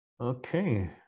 Okay